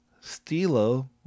Stilo